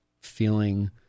feeling